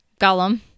Gollum